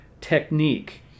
technique